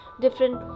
different